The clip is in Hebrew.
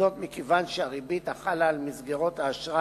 זאת מכיוון שהריבית החלה על מסגרות האשראי